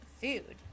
food